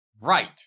Right